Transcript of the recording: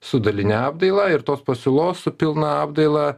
su daline apdaila ir tos pasiūlos su pilna apdaila